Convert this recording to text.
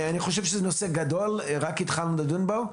אני חושב שזה נושא גדול, רק התחלנו לדון בו.